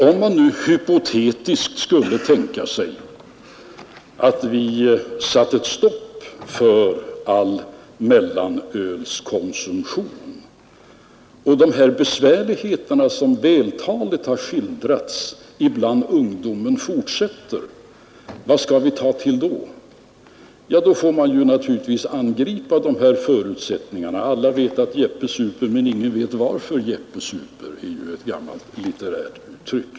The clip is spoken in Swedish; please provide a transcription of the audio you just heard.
Om man nu hypotetiskt skulle tänka sig att vi satte stopp för all mellanölskonsumtion och de här svårigheterna som vältaligt har skildrats fortsätter bland ungdomen, vad skall vi ta till då? Då får man naturligtvis angripa förutsättningarna — ”folk säger att Jeppe dricker, men man säger inte varför Jeppe dricker” är ju ett gammalt litterärt uttryck.